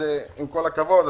אז עם כל הכבוד,